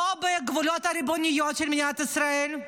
לא בגבולות הריבוניים של מדינת ישראל,